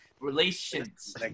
Relations